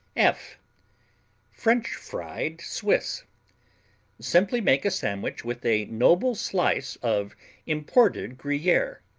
f french-fried swiss simply make a sandwich with a noble slice of imported gruyere,